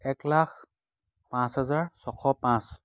একলাখ পাঁচ হাজাৰ ছশ পাঁচ